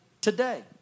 today